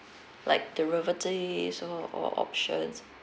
like derivatives or or options